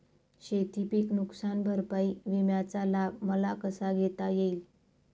शेतीपीक नुकसान भरपाई विम्याचा लाभ मला कसा घेता येईल?